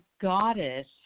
goddess